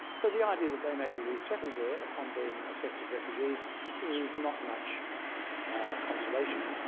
so the idea that they may be resettled there upon being assessed as refugees is not much consolation.